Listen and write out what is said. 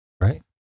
right